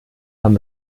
haben